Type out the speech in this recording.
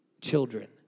children